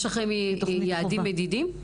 יש לכם יעדים מדידים?